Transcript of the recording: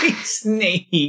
Snake